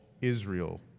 Israel